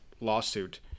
lawsuit